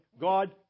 God